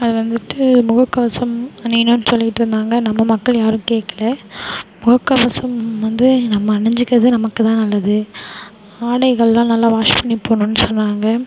அது வந்துவிட்டு முகக்கவசம் அணியணும்னு சொல்லிவிட்டு இருந்தாங்க நம்ம மக்கள் யாரும் கேக்கலை முகக்கவசம் வந்து நம்ம அணிஞ்சுக்கிறது நமக்குதான் நல்லது ஆடைகள்லாம் நல்லா வாஷ் பண்ணி போடணுன்னு சொன்னாங்க